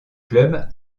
clubs